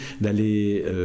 d'aller